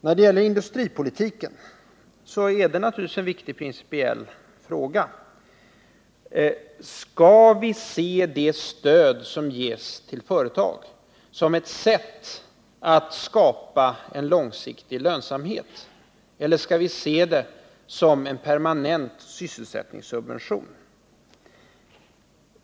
När det gäller industripolitiken, så är det naturligtvis en viktig principiell fråga. Skall vi se det stöd som ges till företag som ett sätt att skapa en långsiktig lönsamhet? Eller skall vi se det som en permanent sysselsättningssubvention?